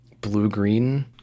blue-green